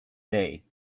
day